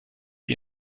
die